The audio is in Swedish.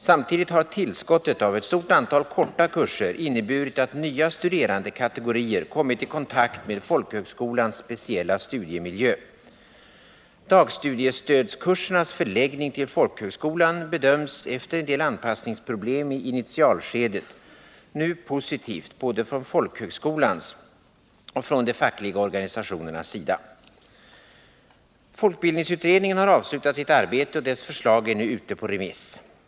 Samtidigt har tillskottet av ett stort antal korta kurser inneburit att nya studerandekategorier kommit i kontakt med folkhögskolans speciella studiemiljö. Dagstudiestödskursernas förläggning till folkhögskolan bedöms — efter en del anpassningsproblem i inititalskedet — nu positivt både från folkhögskolans och från de fackliga organisationernas sida. Folkbildningsutredningen har avslutat sitt arbete, och dess förslag är nu ute på remiss.